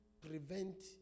prevent